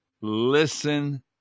Listen